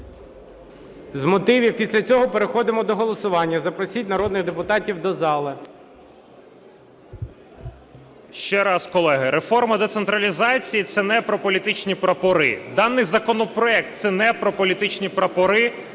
З мотивів. Після цього переходимо до голосування. Запросіть народних депутатів до зали. 12:47:49 БЕЗГІН В.Ю. Ще раз, колеги, реформа децентралізації це не про політичні прапори, даний законопроект це не про політичні прапори